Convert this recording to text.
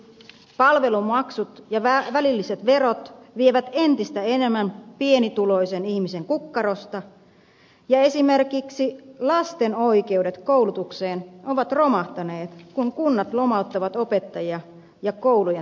palvelumaksut ja välilliset verot vievät entistä enemmän pienituloisen ihmisen kukkarosta ja esimerkiksi lasten oikeudet koulutukseen ovat romahtaneet kun kunnat lomauttavat opettajia ja koulujen tukihenkilöstöä